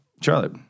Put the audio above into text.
Charlotte